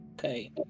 Okay